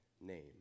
name